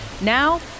Now